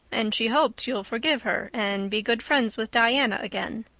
and she hopes you'll forgive her and be good friends with diana again.